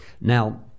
Now